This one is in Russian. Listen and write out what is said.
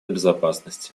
безопасности